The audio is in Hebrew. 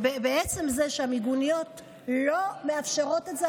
בעצם זה שהמיגוניות לא מאפשרות את זה,